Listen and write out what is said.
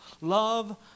Love